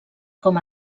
com